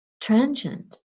transient